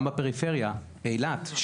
גם בפריפריה באילת,